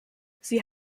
sie